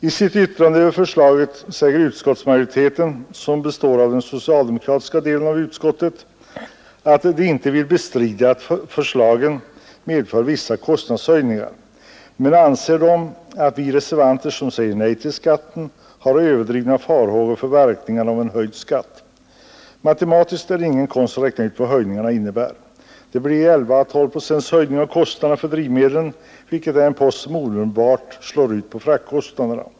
I sitt yttrande över förslaget säger utskottsmajoriteten, som består av den socialdemokratiska delen av utskottet, att man inte vill bestrida att förslaget medför vissa kostnadshöjningar men att man anser att vi reservanter, som säger nej till skatten, har överdrivna farhågor för verkningarna av en höjd skatt. Matematiskt är det ingen konst att räkna ut vad höjningen innebär. Det blir en höjning på 11—12 procent av kostnaderna för drivmedlen, vilket är en post som omedelbart slår ut på fraktkostnaderna.